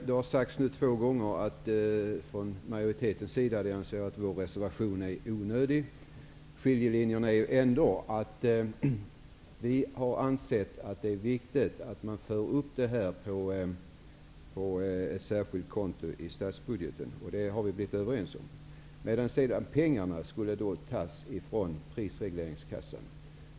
Herr talman! Det har nu två gånger sagts från majoritetens sida att man anser vår reservation vara onödig. Det går ändå en skiljelinje mellan våra resp. uppfattningar. Vi har ansett att det är viktigt att föra upp medlen på ett särskilt konto i statsbudgeten, och det har båda sidor också blivit överens om. Dessa pengar skulle tas från prisregleringskassan.